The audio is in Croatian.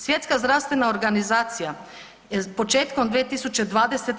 Svjetska zdravstvena organizacija početkom 2020.